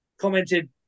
commented